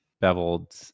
beveled